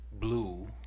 Blue